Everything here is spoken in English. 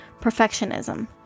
perfectionism